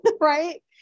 right